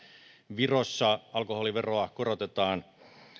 virossa alkoholiveroa korotetaan